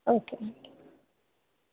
okay okay